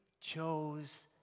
chose